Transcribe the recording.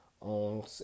on